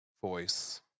voice